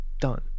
done